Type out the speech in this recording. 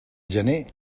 gener